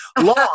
long